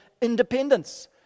independence